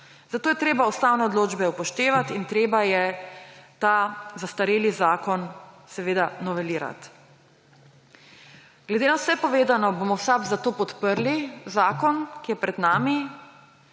Zato je treba ustavne odločbe upoštevati in treba je ta zastareli zakon novelirati. Glede na vse povedano, bomo v SAB zato podprli zakon, ki je pred nami.